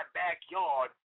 backyard